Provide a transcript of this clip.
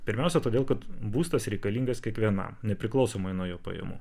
pirmiausia todėl kad būstas reikalingas kiekvienam nepriklausomai nuo jo pajamų